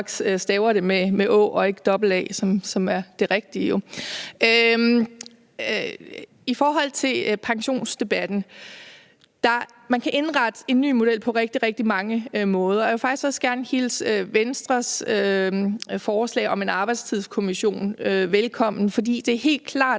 I forhold til pensionsdebatten vil jeg sige, at man kan indrette en ny model på rigtig, rigtig mange måder, og jeg vil faktisk også gerne hilse Venstres forslag om en arbejdstidskommission velkommen. For det er helt klart,